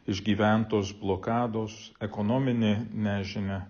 išgyventos blokados ekonominė nežinia